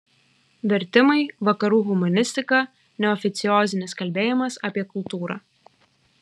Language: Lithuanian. vertimai vakarų humanistika neoficiozinis kalbėjimas apie kultūrą